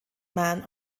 man